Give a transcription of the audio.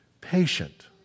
patient